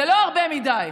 זה לא הרבה מדי.